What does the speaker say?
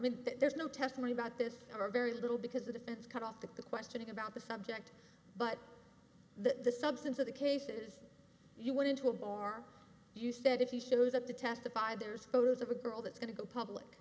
mean there's no testimony about this or very little because the defense cut off the questioning about the subject but the substance of the cases he went into a bar you said if you shows up to testify there's photos of a girl that's going to go public